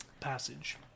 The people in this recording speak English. passage